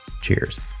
Cheers